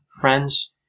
friends